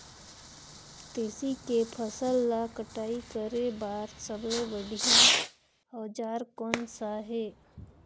तेसी के फसल ला कटाई करे बार सबले बढ़िया औजार कोन सा हे?